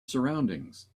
surroundings